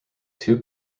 two